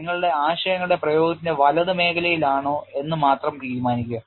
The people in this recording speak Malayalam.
നിങ്ങളുടെ ആശയങ്ങളുടെ പ്രയോഗത്തിന്റെ വലത് മേഖലയിലാണോ എന്ന് മാത്രം തീരുമാനിക്കുക